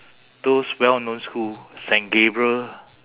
those well known school saint gabriel